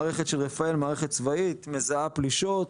מערכת של רפא"ל, מערכת צבאית, מזהה פלישות,